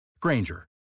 Granger